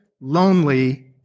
lonely